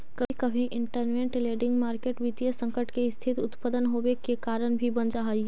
कभी कभी इंटरमेंट लैंडिंग मार्केट वित्तीय संकट के स्थिति उत्पन होवे के कारण भी बन जा हई